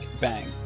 Bang